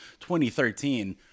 2013